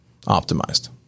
optimized